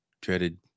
dreaded